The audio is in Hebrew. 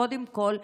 קודם כול,